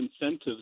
incentives